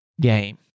game